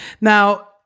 Now